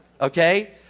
okay